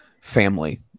family